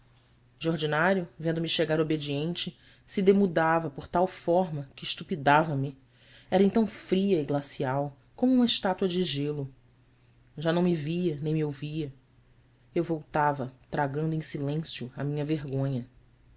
de ordinário vendo-me chegar obediente se demudava por tal forma que estupidava me era então fria e glacial como uma estátua de gelo já não me via nem me ouvia eu voltava tragando em silêncio a minha vergonha